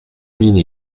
mine